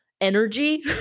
energy